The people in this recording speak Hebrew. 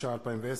התש"ע 2010,